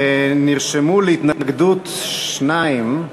נרשמו להתנגדות שניים,